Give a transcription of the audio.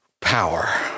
power